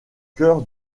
cœur